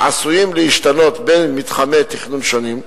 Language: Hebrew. עשויים להשתנות בין מתחמי תכנון שונים,